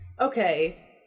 okay